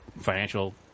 financial